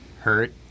hurt